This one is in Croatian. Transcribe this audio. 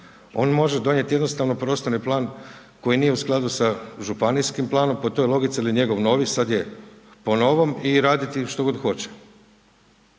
on može donijeti jednostavno prostorni plan koji nije u skladu sa županijskim planom, po toj logici ili njegov novi, sada je, po novom i raditi što god hoće.